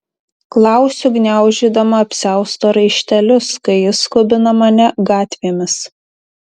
klausiu gniaužydama apsiausto raištelius kai jis skubina mane gatvėmis